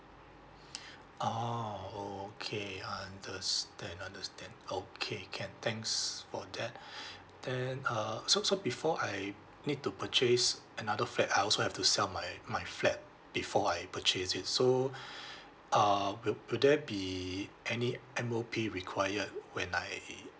ah oh okay understand understand okay can thanks for that then uh so so before I need to purchase another flat I also have to sell my my flat before I purchase it so uh will will there be any M_O_P required when I